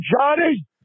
Johnny